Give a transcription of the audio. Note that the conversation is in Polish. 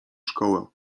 szkołę